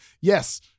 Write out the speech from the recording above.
yes